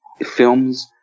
Films